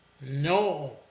No